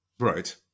Right